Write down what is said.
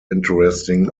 interesting